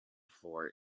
floor